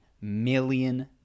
million